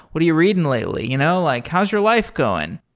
what are you reading lately? you know like how is your life going?